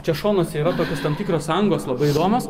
čia šonuose yra tokios tam tikros angos labai įdomios